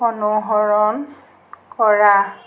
অনুসৰণ কৰা